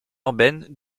urbaine